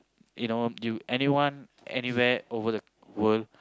you know you anywhere over the world